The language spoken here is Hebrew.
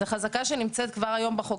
זאת חזקה שנמצאת כבר היום בחוק,